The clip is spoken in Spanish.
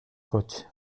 coche